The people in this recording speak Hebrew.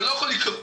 זה לא יכול לקרות.